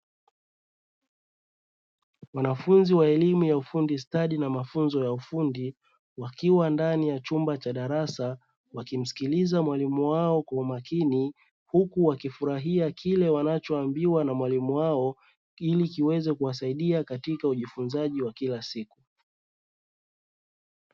Wanafunzi wa elimu ya ufundi stadi na mafunzo ya ufundi wakiwa ndani ya chumba cha darasa wakimsikiliza mwalimu wao kwa umakini, huku wakifurahia kile wanachoambiwa na mwalimu wao ili kiweze kuwasaidia katika ujifunzaji wa kila siku.